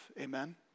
Amen